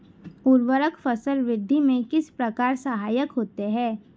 उर्वरक फसल वृद्धि में किस प्रकार सहायक होते हैं?